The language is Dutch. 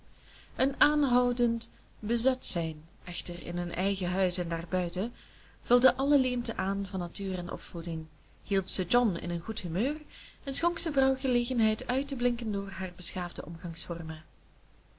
een aanhoudend bezet zijn echter in hun eigen huis en daarbuiten vulde alle leemten aan van natuur en opvoeding hield sir john in een goed humeur en schonk zijn vrouw gelegenheid uit te blinken door haar beschaafde omgangsvormen